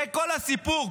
זה כל הסיפור.